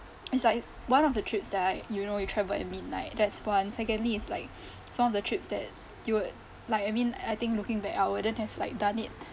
it's like one of the trips that you know you travel at midnight that's one secondly it's like some of the trips that you would like I mean I think looking back I wouldn't have done it